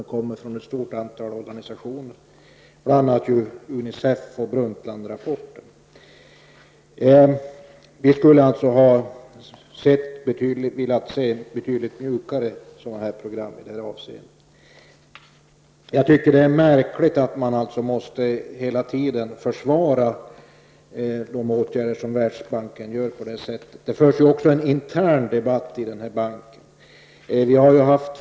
Den kommer från ett stort antal håll, bl.a. Unicef och Brundtlandrapporten. Vi skulle ha velat se mycket mjukare program. Det är märkligt att man hela tiden måste försvara de åtgärder som Världsbanken vidtar. Det förs ju också en intern debatt i banken.